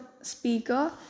speaker